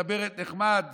מדברת נחמד